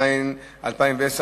התש"ע 2010,